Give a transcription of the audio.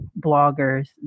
bloggers